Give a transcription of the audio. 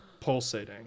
pulsating